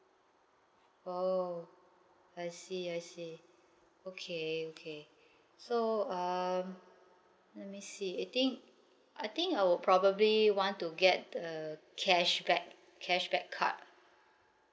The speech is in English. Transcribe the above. oh I see I see okay okay so um let me see I think I think I will probably want to get the cashback cashback card